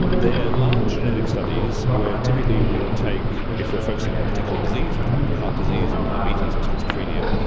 they're large genetic studies where typically we would take if we're focusing on a particular disease, which might be heart disease or diabetes or schizophrenia,